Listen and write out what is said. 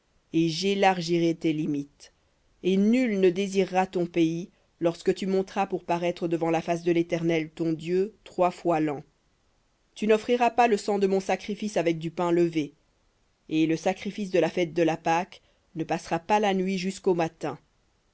et j'élargirai tes limites et nul ne désirera ton pays lorsque tu monteras pour paraître devant la face de l'éternel ton dieu trois fois lan tu n'offriras pas le sang de mon sacrifice avec du pain levé et le sacrifice de la fête de la pâque ne passera pas la nuit jusqu'au matin